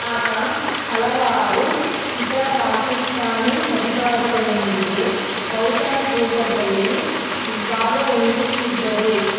ಆತ ಹಲವಾರು ಇತರ ಪಾಕಿಸ್ತಾನಿ ಅಧಿಕಾರಿಗಳೊಂದಿಗೆ ಔತಣಕೂಟದಲ್ಲಿ ಭಾಗವಹಿಸುತ್ತಿದ್ದರು